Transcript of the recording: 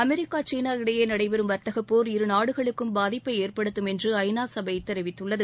America China இடையே நடைபெறும் வர்த்தகப் போர் இருநாடுகளுக்கும் பாதிப்பை ஏற்படுத்தும் என்று ஐநா சபை தெரிவித்துள்ளது